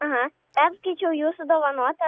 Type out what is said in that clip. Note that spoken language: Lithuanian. aha perskaičiau jūsų dovanotą